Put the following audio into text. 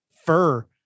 fur